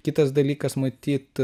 kitas dalykas matyt